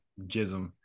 Jism